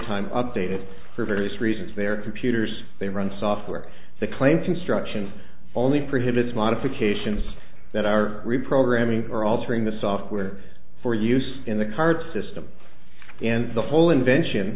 time updated for various reasons their computers they run software the claim construction only prohibits modifications that are reprogramming or altering the software for use in the card system and the whole invention